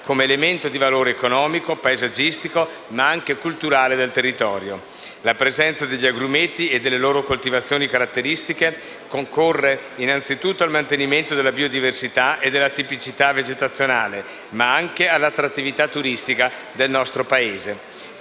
come elemento di valore economico, paesaggistico e anche culturale del territorio. La presenza degli agrumeti e delle loro coltivazioni caratteristiche concorre innanzitutto al mantenimento della biodiversità e della tipicità vegetazionale, ma anche all'attrattività turistica del nostro Paese.